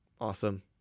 Awesome